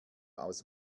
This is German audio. aus